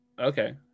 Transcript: Okay